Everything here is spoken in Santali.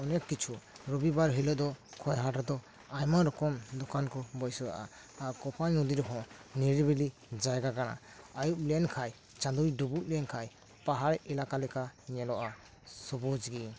ᱚᱱᱮᱠ ᱠᱤᱪᱷᱩ ᱨᱚᱵᱤᱵᱟᱨ ᱦᱤᱞᱳᱜ ᱫᱚ ᱠᱳᱯᱟᱭ ᱦᱟᱴ ᱨᱮᱫᱚ ᱟᱭᱢᱟ ᱨᱚᱠᱚᱢ ᱦᱟᱴ ᱠᱚ ᱵᱟᱹᱭᱥᱟᱹᱣᱟ ᱠᱳᱯᱟᱭ ᱱᱚᱫᱤ ᱨᱮᱦᱚᱸ ᱱᱤᱨᱤᱵᱤᱞᱤ ᱡᱟᱭᱜᱟ ᱠᱟᱱᱟ ᱟᱹᱭᱩᱵ ᱞᱮᱱᱠᱷᱟᱱ ᱪᱟᱸᱫᱳᱭ ᱰᱩᱵᱩᱡ ᱞᱮᱱ ᱠᱷᱟᱱ ᱯᱟᱦᱟᱲ ᱮᱞᱟᱠᱟ ᱞᱮᱠᱟ ᱧᱮᱞᱚᱜᱼᱟ ᱥᱩᱵᱩᱡᱽ ᱜᱮ